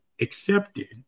accepted